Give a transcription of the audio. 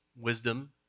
wisdom